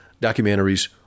documentaries